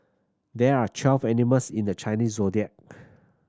there are twelve animals in the Chinese Zodiac